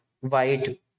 white